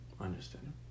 Understanding